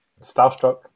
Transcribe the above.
Starstruck